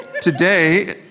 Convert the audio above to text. Today